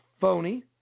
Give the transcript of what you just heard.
Phony